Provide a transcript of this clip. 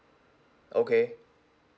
okay